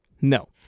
No